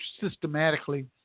systematically